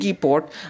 Port